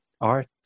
art